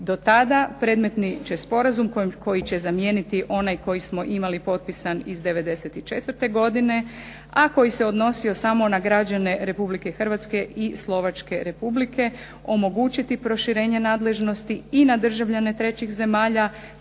Do tada predmetni će sporazum koji će zamijeniti onaj koji smo imali potpisan iz 94. godine a koji se odnosio samo na građane Republike Hrvatske i Slovačke Republike omogućiti proširenje nadležnosti i na državljane trećih zemalja